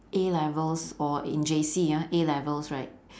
A-levels or in J_C ah A-levels right